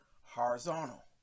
horizontal